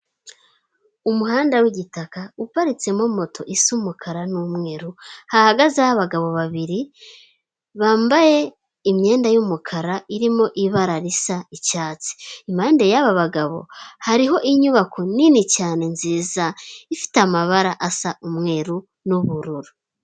Umuhanda w'igitaka uparitsemo moto isa umukara n'umweru, hahagazeho abagabo babiri bambaye imyenda y'umukara irimo ibara risa icyatsi. Impande y'aba bagabo hariho inyubako nini cyane nziza ifite amabara asa umweru n'ubururu.